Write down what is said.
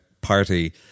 party